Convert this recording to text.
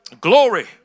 Glory